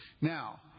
Now